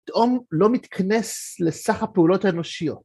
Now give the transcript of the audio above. פתאום לא מתכנס לסך הפעולות האנושיות.